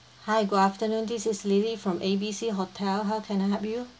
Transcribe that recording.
hi good afternoon this is lily from A B C hotel how can I help you